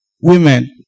Women